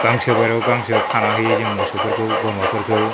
गांसो बारियाव गांसो खाना होयो जों मोसौफोरखौ बोरमाफोरखौ